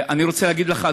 אני רוצה להגיד לך,